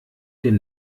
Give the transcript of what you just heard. dem